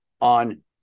on